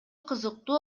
кызыктуу